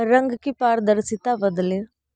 रंग की पारदर्शिता बदलें